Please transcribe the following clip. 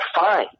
fine